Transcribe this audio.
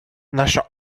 наша